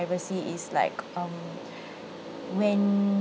privacy is like um when